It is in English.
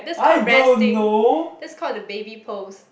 i dont know